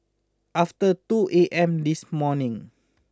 after two A M this morning